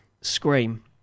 Scream